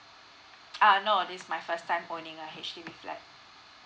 uh no this is my first time holding a H_D_B flat